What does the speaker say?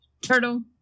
Turtle